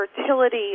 fertility